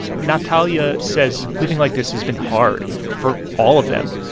natalia says living like this has been hard for all of them.